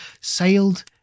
sailed